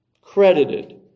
credited